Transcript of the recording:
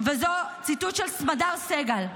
וזה ציטוט של סמדר סגל,